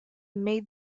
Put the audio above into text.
made